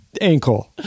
ankle